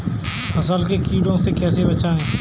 फसल को कीड़ों से कैसे बचाएँ?